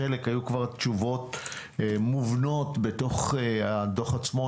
חלק היו כבר תשובות מובנות בתוך הדוח עצמו.